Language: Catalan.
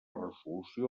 resolució